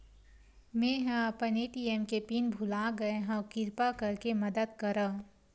मेंहा अपन ए.टी.एम के पिन भुला गए हव, किरपा करके मदद करव